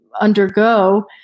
undergo